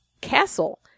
Castle